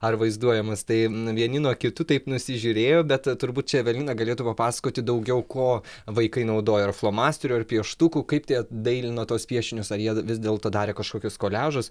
ar vaizduojamas tai vieni nuo kitų taip nusižiūrėjo bet turbūt čia evelina galėtų papasakoti daugiau ko vaikai naudojo ar flomasterių ar pieštukų kaip tie dailino tuos piešinius ar jie vis dėlto darė kažkokius koliažus